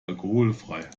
alkoholfrei